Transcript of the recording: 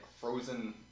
frozen